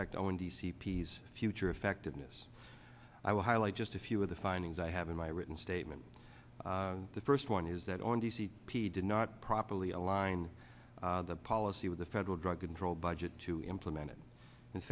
ect on the c p s future effectiveness i will highlight just a few of the findings i have in my written statement the first one is that on d c p did not properly align the policy with the federal drug control budget to implement it in